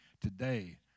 today